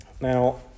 Now